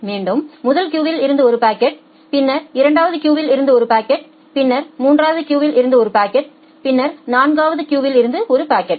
மீண்டும் முதல் கியூவில் இருந்து ஒரு பாக்கெட் பின்னர் இரண்டாவது கியூவில் இருந்து ஒரு பாக்கெட் பின்னர் மூன்றாவது கியூவில் இருந்து ஒரு பாக்கெட் பின்னர் நான்காவது கியூவில் இருந்து ஒரு பாக்கெட்